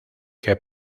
que